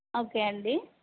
okay అండి